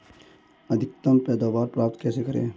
अधिकतम पैदावार प्राप्त कैसे करें?